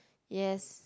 yes